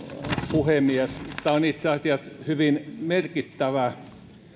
puhemies tämä on itse asiassa hyvin merkittävä